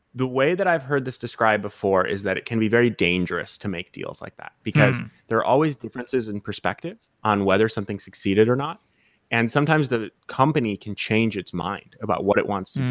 the way that i've heard this describe before is that it can be very dangerous to make deals like that, because there are always differences and perspective on whether something succeeded or not and sometimes the company can change its mind about what it wants